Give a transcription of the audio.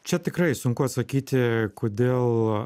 čia tikrai sunku atsakyti kodėl